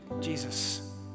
Jesus